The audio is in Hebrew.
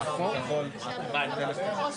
רגע.